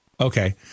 Okay